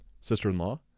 sister-in-law